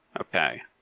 Okay